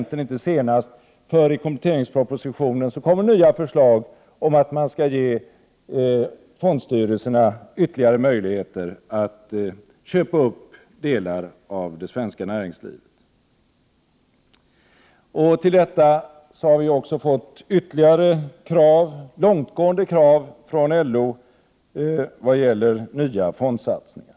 I kompletteringspropositionen kommer nya förslag om att man skall ge fondstyrelserna ytterligare möjligheter att köpa upp delar av det svenska näringslivet. Till detta har vi också fått långtgående krav från LO i vad gäller nya fondsatsningar.